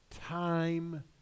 time